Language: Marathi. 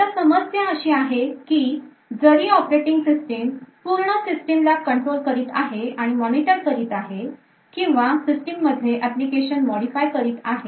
आता समस्या अशी आहे की जरी operating system पूर्ण सिस्टीम ला कंट्रोल करीत आहे आणि मॉनिटर करत आहे किंवा सिस्टीम मधले एप्लीकेशन modify करत आहे